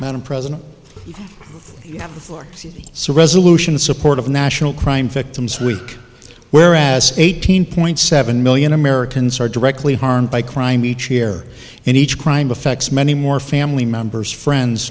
madam president for some resolution support of national crime victims week where as eighteen point seven million americans are directly harmed by crime each year and each crime affects many more family members friends